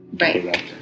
Right